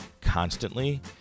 constantly